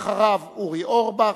אחריה, אורי אורבך,